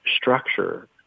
structure